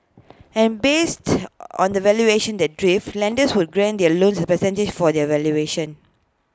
and based on the valuation that derived lenders would grant their loan as A percentage for that valuation